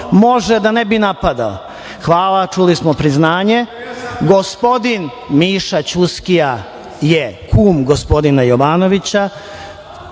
Može, da ne bi napadao. Hvala, čuli smo priznanje. Gospodin Miša Ćuskija je kum gospodina Jovanovića.